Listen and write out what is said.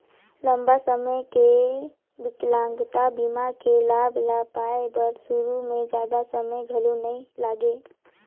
लंबा समे के बिकलांगता बीमा के लाभ ल पाए बर सुरू में जादा समें घलो नइ लागे